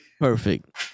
Perfect